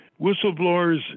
whistleblowers